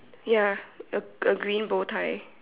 ya a a green bow tie